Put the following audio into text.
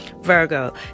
Virgo